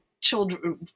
Children